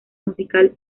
musical